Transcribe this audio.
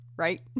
right